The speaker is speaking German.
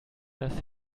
das